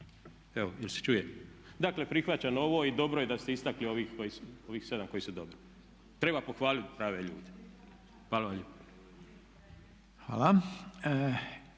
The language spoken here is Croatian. Evo jel' se čuje? Dakle, prihvaćam ovo. Dobro je da ste istakli ovih 7 koji su dobri. Treba pohvaliti prave ljude. Hvala vam lijepa.